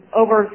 over